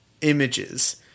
images